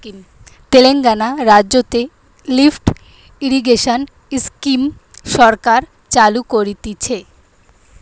তেলেঙ্গানা রাজ্যতে lift irrigation scheme সরকার চালু করতিছে